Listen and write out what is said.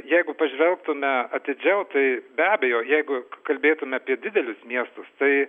jeigu pažvelgtume atidžiau tai be abejo jeigu kalbėtume apie didelius miestus tai